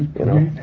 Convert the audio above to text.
you know.